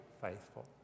faithful